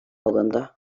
alındı